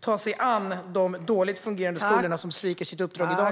ta sig an de dåligt fungerande skolor som i dag sviker sitt uppdrag?